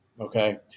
Okay